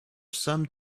some